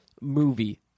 movie